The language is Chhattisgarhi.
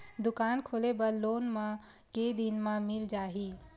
दुकान खोले बर लोन मा के दिन मा मिल जाही?